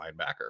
linebacker